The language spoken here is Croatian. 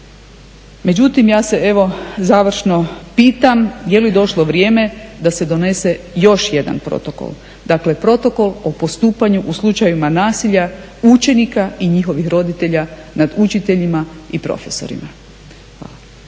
Međutim, ja se evo završno pitam je li došlo vrijeme da se donese još jedan protokol? Dakle, protokol u postupanju u slučajevima nasilja učenika i njihovih roditelja nad učiteljima i profesorima.